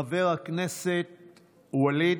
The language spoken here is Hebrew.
חבר הכנסת ווליד,